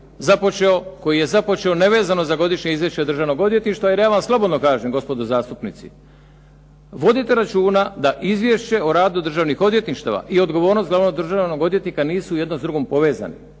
koji je započeo nevezano za Godišnje izvješće Državnog odvjetništva. Jer ja vam slobodno kažem gospodo zastupnici, vodite računa da Izvješće o radu državnih odvjetništava i odgovornost glavnog državnog odvjetnika nisu jedno s drugim povezani.